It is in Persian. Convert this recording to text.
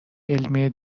علمی